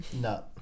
No